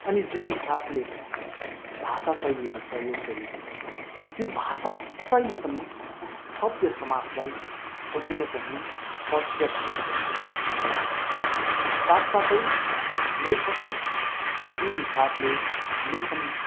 अनि जुन हिसाबले भाषाशैलीहरू प्रयोग गरिएको छ त्यो भाषाशैली पनि सभ्य समाजलाई कहीँ न कहीँ पाच्च्या भएको जस्तो मलाई लागेन साथसाथै लेखकले जुन हिसाबले लेखन